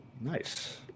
nice